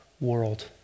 world